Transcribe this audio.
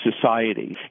society